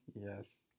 Yes